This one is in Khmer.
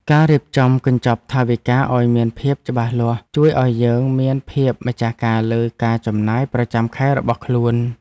ការរៀបចំកញ្ចប់ថវិកាឱ្យមានភាពច្បាស់លាស់ ជួយឱ្យយើងមានភាពម្ចាស់ការលើការចំណាយប្រចាំខែរបស់ខ្លួន។